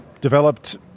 developed